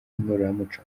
ngororamuco